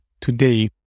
today